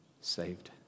saved